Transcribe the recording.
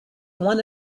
one